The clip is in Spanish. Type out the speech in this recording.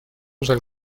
del